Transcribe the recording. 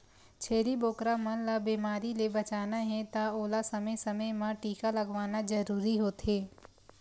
छेरी बोकरा मन ल बेमारी ले बचाना हे त ओला समे समे म टीका लगवाना जरूरी होथे